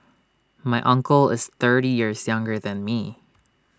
my uncle is thirty years younger than me